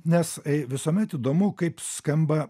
nes visuomet įdomu kaip skamba